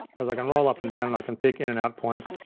cause i can loll up and down and i can pick in and out points,